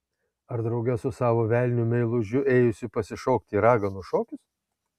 ar drauge su savo velniu meilužiu ėjusi pasišokti į raganų šokius